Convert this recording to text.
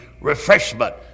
refreshment